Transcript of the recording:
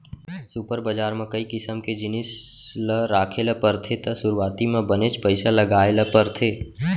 super बजार म कई किसम के जिनिस ल राखे ल परथे त सुरूवाती म बनेच पइसा लगाय ल परथे